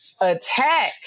attack